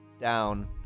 down